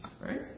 Right